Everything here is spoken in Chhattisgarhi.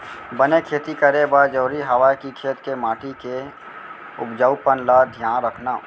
बने खेती करे बर जरूरी हवय कि खेत के माटी के उपजाऊपन ल धियान रखना